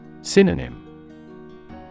Synonym